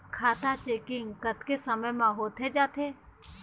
खाता चेकिंग कतेक समय म होथे जाथे?